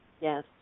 Yes